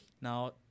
Now